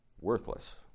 worthless